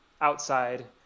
outside